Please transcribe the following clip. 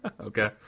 okay